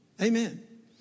Amen